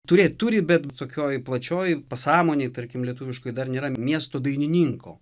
turėt turi bet tokioj plačioj pasąmonėj tarkim lietuviškoj dar nėra miesto dainininko